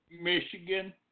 Michigan